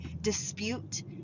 dispute